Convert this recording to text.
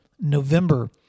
November